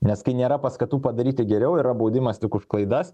nes kai nėra paskatų padaryti geriau yra baudimas tik už klaidas